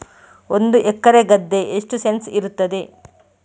ಒಂದು ಎಕರೆ ಗದ್ದೆ ಎಷ್ಟು ಸೆಂಟ್ಸ್ ಇರುತ್ತದೆ?